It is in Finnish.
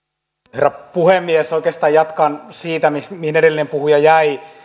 herra puhemies oikeastaan jatkan siitä mihin edellinen puhuja jäi